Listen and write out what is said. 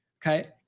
Okay